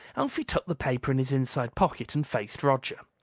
alfie tucked the paper in his inside pocket and faced roger.